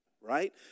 right